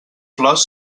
flors